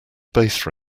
base